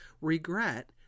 regret